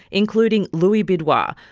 including louis bidois,